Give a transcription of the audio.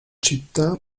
città